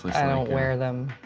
i don't wear them.